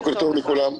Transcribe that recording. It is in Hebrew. לכולם.